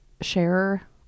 share